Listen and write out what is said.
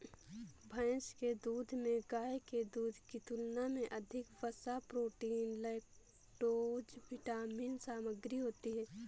भैंस के दूध में गाय के दूध की तुलना में अधिक वसा, प्रोटीन, लैक्टोज विटामिन सामग्री होती है